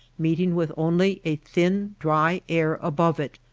meeting with only a thin dry air above it,